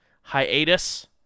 hiatus